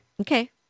Okay